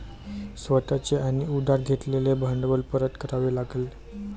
स्वतः चे आणि उधार घेतलेले भांडवल परत करावे लागेल